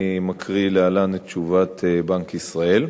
אני מקריא להלן את תשובת בנק ישראל: